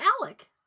Alec